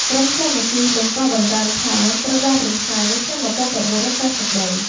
ក្រុមសាមគ្គីបង្កបង្កើនផល ត្រូវបានរំសាយនៅឆ្នាំ១៩៨៣។